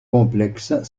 complexes